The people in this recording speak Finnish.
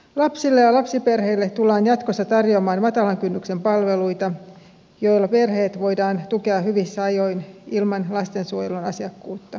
lapsille ja lapsiperheille tullaan jatkossa tarjoamaan matalan kynnyksen palveluita joilla perheitä voidaan tukea hyvissä ajoin ilman lastensuojelun asiakkuutta